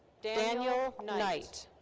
daniel knight.